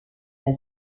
der